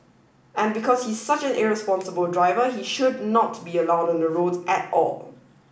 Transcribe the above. and because he's such an irresponsible driver he should not be allowed on the roads at all